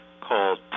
called